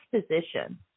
position